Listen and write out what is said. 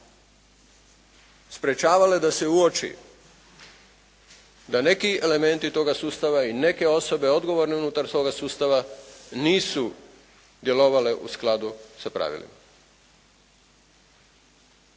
sprečavale da se uoči da neki elementi toga sustava i neke osobe odgovorne unutar toga sustava nisu djelovale u skladu sa pravilima.